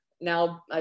now